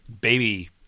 baby